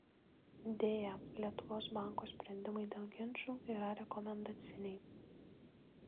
deja lietuvos banko sprendimai dėl ginčų yra rekomendaciniai